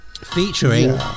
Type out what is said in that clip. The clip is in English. Featuring